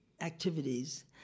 activities